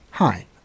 Hi